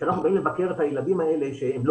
שכשאנחנו באים לבקר את הילדים האלה שהם לא